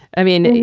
i mean,